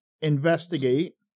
investigate